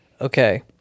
okay